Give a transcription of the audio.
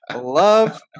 love